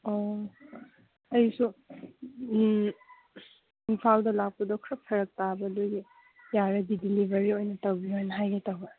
ꯑꯣ ꯑꯩꯁꯨ ꯏꯝꯐꯥꯜꯗ ꯂꯥꯛꯄꯗꯣ ꯈꯔ ꯐꯔꯛ ꯇꯥꯕ ꯑꯗꯨꯒꯤ ꯌꯥꯔꯗꯤ ꯗꯤꯂꯤꯕꯔꯤ ꯑꯣꯏꯅ ꯇꯧꯕꯤꯌꯨ ꯍꯥꯏꯅ ꯍꯥꯏꯒꯦ ꯇꯧꯕ